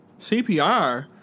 CPR